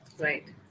Right